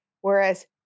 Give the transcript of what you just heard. Whereas